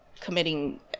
committing